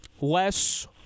less